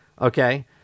Okay